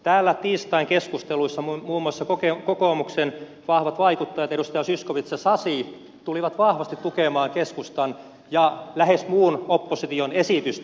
täällä tiistain keskusteluissa muun muassa kokoomuksen vahvat vaikuttajat edustaja zyskowicz ja sasi tulivat vahvasti tukemaan keskustan ja lähes muun opposition esitystä